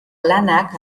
lanak